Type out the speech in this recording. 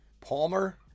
Palmer